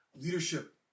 Leadership